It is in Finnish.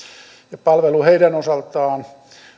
ja palvelu heidän osaltaan